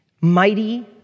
Mighty